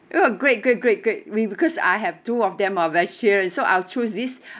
oh great great great great we because I have two of them are vegetarian so I'll choose this